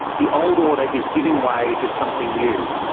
the old order is giving way to something new.